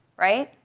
right?